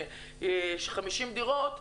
50 דירות,